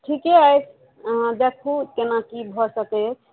ठीके अछि अहाँ देखू केना कि भऽ सकैत अछि